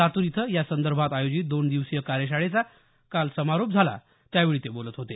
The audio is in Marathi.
लातूर इथं यासंदर्भात आयोजित दोन दिवसीय कार्यशाळेचा काल समारोप झाला त्यावेळी ते बोलत होते